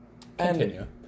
Continue